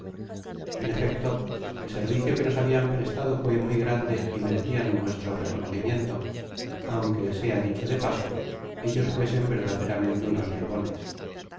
en efecto el servicio que nos habian prestado fué muy grande y merecian nuestro reconocimiento aunque sea dieho dé paso ellos fuesen verdaderamente unos bribones